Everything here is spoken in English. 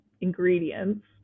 ingredients